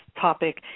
topic